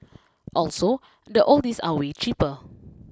also the oldies are way cheaper